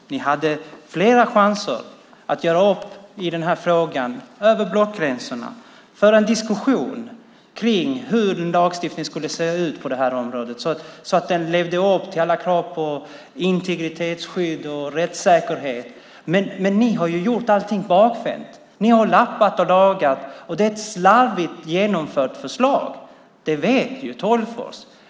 Ni hade flera chanser att göra upp i den här frågan över blockgränserna och föra en diskussion om hur en lagstiftning skulle se ut på det här området så att den levde upp till alla krav på integritetsskydd och rättssäkerhet. Men ni har gjort allting bakvänt. Ni har lappat och lagat, och det är ett slarvigt genomfört förslag. Det vet Sten Tolgfors.